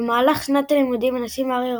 במהלך שנת הלימודים מנסים הארי,